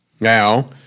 Now